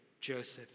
Joseph